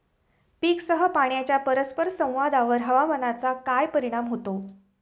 पीकसह पाण्याच्या परस्पर संवादावर हवामानाचा काय परिणाम होतो?